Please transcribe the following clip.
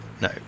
no